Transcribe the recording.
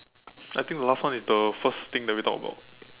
I think the last one is the first thing that we talked about